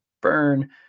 burn